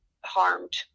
harmed